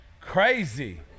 crazy